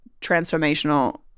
transformational